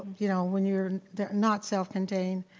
you know when you're not self-contained.